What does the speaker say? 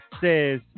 says